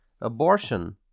Abortion